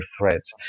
threats